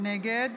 נגד